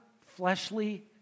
fleshly